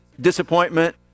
disappointment